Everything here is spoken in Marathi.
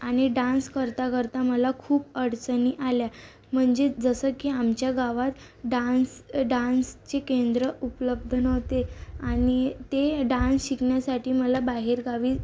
आणि डान्स करता करता मला खूप अडचणी आल्या म्हणजे जसं की आमच्या गावात डान्स डान्सची केंद्र उपलब्ध नव्हते आणि ते डान्स शिकण्यासाठी मला बाहेरगावी